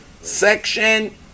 section